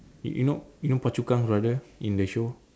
you you know you know phua-chu-kang brother in the show